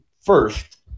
first